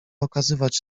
okazywać